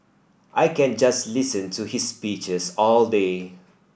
I can just listen to his speeches all day